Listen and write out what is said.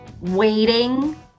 waiting